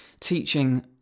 teaching